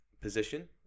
position